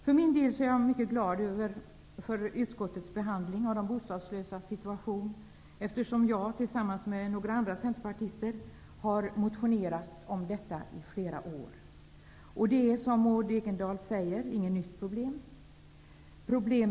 För min del är jag mycket glad över utskottets behandling av de bostadslösas situation, eftersom jag tillsammans med några andra centerpartister har motionerat om detta i flera år. Som Maud Ekendahl säger är det inte något nytt problem.